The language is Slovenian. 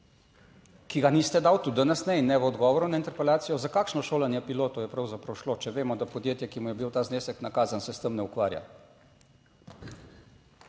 ki ga niste dali, tudi danes ne in ne v odgovoru na interpelacijo, za kakšno šolanje pilotov je pravzaprav šlo, če vemo, da podjetje, ki mu je bil ta znesek nakazan, se s tem ne ukvarja.